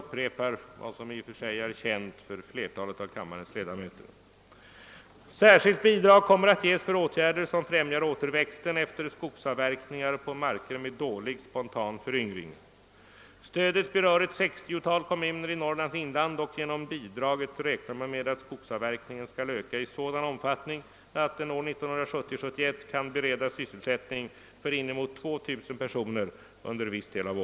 Utskottet liksom självfallet samtliga kammarledamöter får tillfälle att varje år diskutera — på grundval av ett material som kommer att successivt bli öppnare och mer upplysande — de statliga före tagens utveckling, och som resultat av dessa diskussioner ges givetvis de anvisningar för den framtida utvecklingen som riksdagens majoritet beslutar.